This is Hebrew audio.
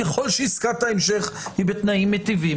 ככל שעסקת ההמשך היא בתנאים מיטיבים,